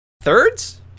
thirds